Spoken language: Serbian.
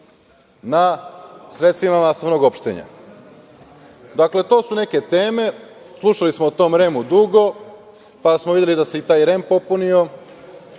na sredstvima masovnog opštenja. Dakle, to su neke teme, slušali smo o tome REM-u dugo, pa smo videli da se i taj REM popunio,